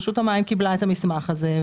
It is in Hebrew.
רשות המים קיבלה את המסמך הזה,